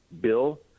bill